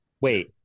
wait